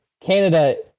Canada